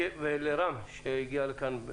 לרם, שהגיע לכן,